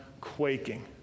quaking